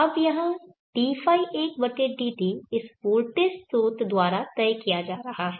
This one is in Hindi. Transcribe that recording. अब यहाँ dϕ1dt इस वोल्टेज स्रोत द्वारा तय किया जा रहा है